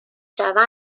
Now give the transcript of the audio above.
شوم